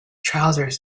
trousers